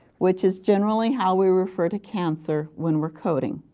which is generally how we refer to cancer when we are coding.